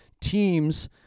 teams